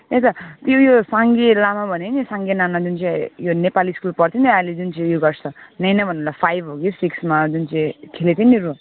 त्यही त त्यो उयो साङ्गे लामा भनेँ नि साङ्गे नाना जुन चाहिँ यो नेपाली स्कुल पढ्थ्यो नि अहिले जुन चाहिँ उयो गर्छ नाइ नभन्नु ल फाइभ हो कि सिक्समा जुन चाहिँ खेलेको थियो नि रोल